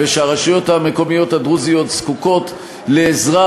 ושהרשויות המקומיות הדרוזיות זקוקות לעזרה